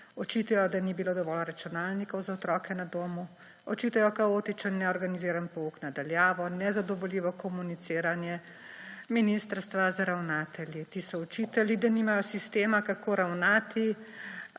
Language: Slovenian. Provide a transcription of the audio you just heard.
Očitajo, da ni bilo dovolj računalnikov za otroke na domu, očitajo kaotičen neorganiziran pouk na daljavo, nezadovoljivo komuniciranje, ministrstva z ravnatelji, ki so očitali, da nimajo sistema, kako ravnati